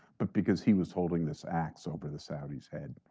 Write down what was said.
but because he was holding this ax over the saudis' head.